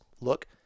look